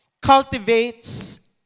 cultivates